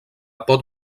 pot